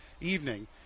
evening